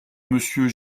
monsieur